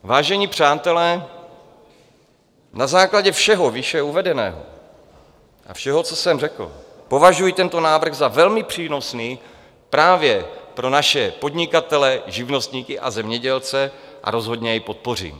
Vážení přátelé, na základě všeho výše uvedeného a všeho, co jsem řekl, považuji tento návrh za velmi přínosný právě pro naše podnikatele, živnostníky a zemědělce a rozhodně jej podpořím.